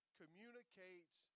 communicates